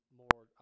more